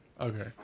Okay